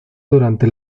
durante